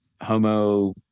homo